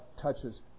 touches